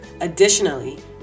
Additionally